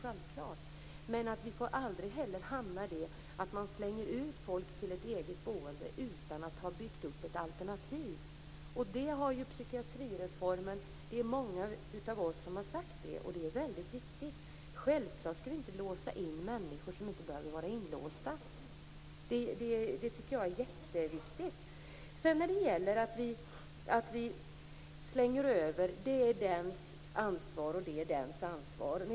Men det får heller aldrig bli så att man slänger ut folk till ett eget boende utan att man har byggt upp ett alternativ. Detta fanns med i psykiatrireformen, och det är många av oss som har sagt det. Det är väldigt viktigt. Självfallet skall vi inte låsa in människor som inte behöver vara inlåsta. Det är jätteviktigt. Sedan till detta med att ansvaret läggs över på än den ena, än den andra.